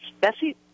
Bessie